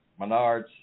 Menards